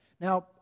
Now